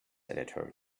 editor